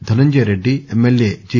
Dhananjay Reddy MLA G